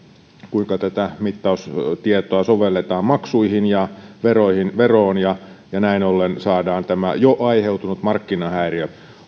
kuinka tätä mittaustietoa sovelletaan maksuihin ja veroon ja ja näin ollen saadaan tämä jo aiheutunut markkinahäiriö